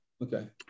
Okay